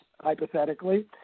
hypothetically